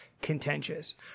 contentious